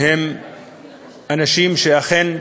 הם אנשים שאכן